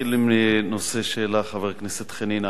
אתחיל עם הנושא שהעלה חבר הכנסת חנין.